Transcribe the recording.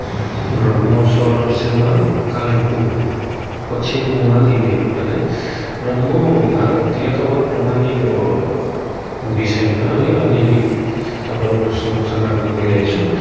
र म सौरभ सिलवाल कालिम्पोङ पश्चिम बङ्गाल इन्डियाबाट है र म भारत यातायात प्रणालीको विषयमा है अलिअलि तपाईँहरू समक्ष राख्न गइरहेछु